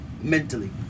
mentally